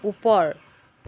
ওপৰ